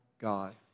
God